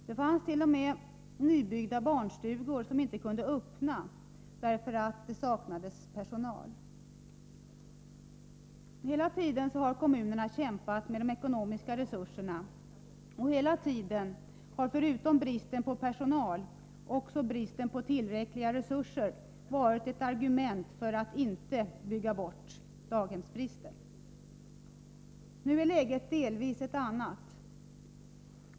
Det fanns t.o.m. nybyggda barnstugor som inte kunde öppna därför att det saknades personal. Hela tiden har kommunerna kämpat med de ekonomiska resurserna, och förutom bristen på personal har bristen på tillräckliga resurser varit ett argument för att inte bygga bort daghemsbristen. Nu är läget delvis ett annat.